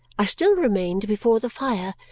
i still remained before the fire,